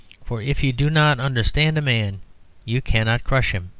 for if you do not understand a man you cannot crush him.